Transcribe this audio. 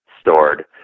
stored